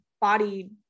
body